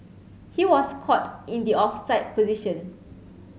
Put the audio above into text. he was caught in the offside position